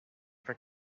for